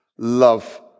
Love